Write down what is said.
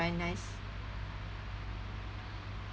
very nice